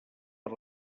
per